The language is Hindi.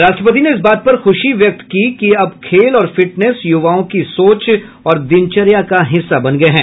राष्ट्रपति ने इस बात पर खुशी व्यक्त की कि अब खेल और फिटनेस युवाओं की सोच और दिनचर्या का हिस्सा बन गये हैं